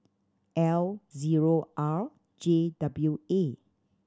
L zero R J W A